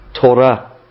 Torah